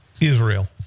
Israel